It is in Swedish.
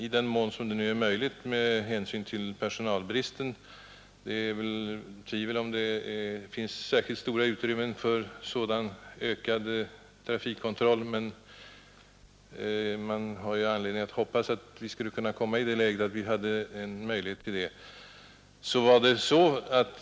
På grund av polisbristen är det väl tveksamt om det finns särskilt stort utrymme för en ökad trafikkontroll, men man kan ju alltid hoppas att våra strävanden till förbättringar skall göra att läget någon gång skall bli ett annat.